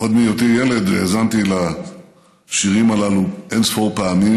עוד בהיותי ילד האזנתי לשירים הללו אין-ספור פעמים,